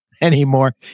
anymore